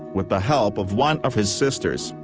with the help of one of his sisters,